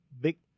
big